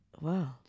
Wow